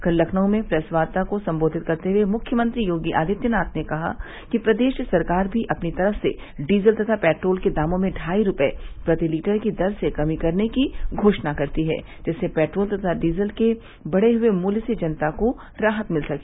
कल लखनऊ में प्रेस वार्ता को संबोधित करते हुए मुख्यमंत्री योगी आदित्यनाथ ने कहा कि प्रदेश सरकार भी अपनी तरफ से डीजल तथा पेट्रोल के दामों में ढाई रूपये प्रति लीटर की दर से कमी करने की घोषणा करती है जिससे पेट्रोल तथा डीजल के बढ़े हुए मूल्य से जनता को राहत मिल सके